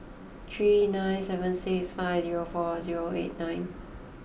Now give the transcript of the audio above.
three nine seven six five zero four zero eight nine